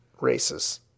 races